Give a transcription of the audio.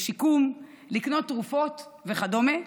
לשיקום, לקנות תרופות וכדומה,